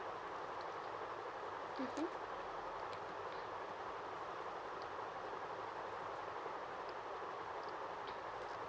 mmhmm